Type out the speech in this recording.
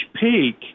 peak